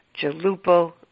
Jalupo